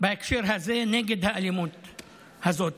בהקשר הזה, נגד האלימות הזאת.